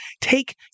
take